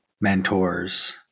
mentors